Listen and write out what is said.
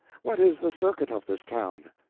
what is the circuit of this town?